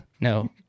no